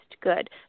good